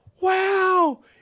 wow